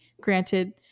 Granted